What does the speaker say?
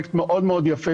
לפרויקט מאוד מאוד יפה,